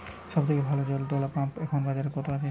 সব থেকে ভালো জল তোলা পাম্প এখন বাজারে কত আছে?